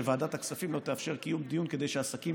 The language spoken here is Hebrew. שוועדת הכספים לא תאפשר קיום דיון כדי שהעסקים